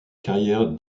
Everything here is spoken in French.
carrière